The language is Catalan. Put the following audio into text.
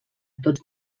tots